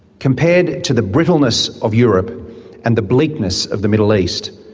compared to the brittleness of europe and the bleakness of the middle east,